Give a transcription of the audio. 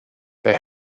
they